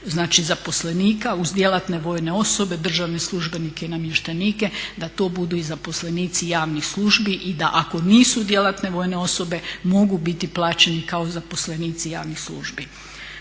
zaposlenika uz djelatne osobe, državne službenike i namještenike da to budu zaposlenici javnih službi i da ako nisu djelatne vojne osobe mogu biti plaćeni kao zaposlenici javnih službi.